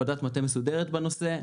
בנושא.